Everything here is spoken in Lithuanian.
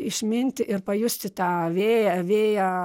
išminti ir pajusti tą vėją vėją